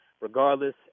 Regardless